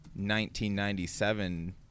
1997